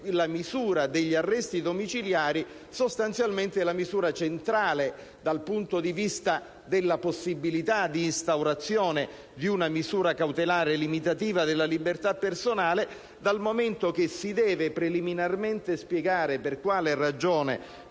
la misura degli arresti domiciliari sostanzialmente centrale dal punto di vista della possibilità di instaurazione di una misura cautelare limitativa della libertà personale, dal momento che si deve preliminarmente spiegare per quale ragione